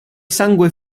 sangue